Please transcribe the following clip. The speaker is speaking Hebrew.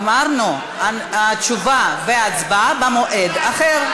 אמרנו: התשובה וההצבעה במועד אחר.